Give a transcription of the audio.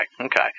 okay